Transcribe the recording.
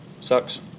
sucks